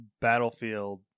battlefield